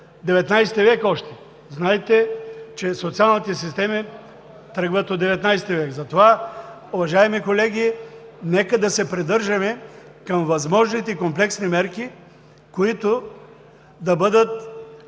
XIX век. Знаете, че социалните системи тръгват от XIX век. Уважаеми колеги, нека да се придържаме към възможните комплексни мерки, които да бъдат